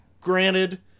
Granted